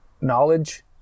knowledge